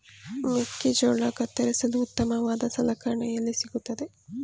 ಮೆಕ್ಕೆಜೋಳ ಕತ್ತರಿಸಲು ಉತ್ತಮವಾದ ಸಲಕರಣೆ ಎಲ್ಲಿ ಸಿಗುತ್ತದೆ?